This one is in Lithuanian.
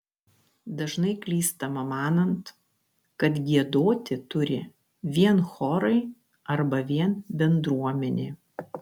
dažnai klystama manant kad giedoti turi vien chorai arba vien bendruomenė